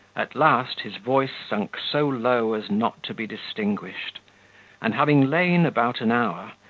at last his voice sunk so low as not to be distinguished and, having lain about an hour,